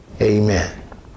amen